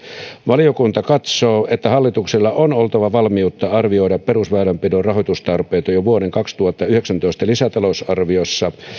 valiokunta katsoo että hallituksella on oltava valmiutta arvioida perusväylänpidon rahoitustarpeita jo jo vuoden kaksituhattayhdeksäntoista lisätalousarviossa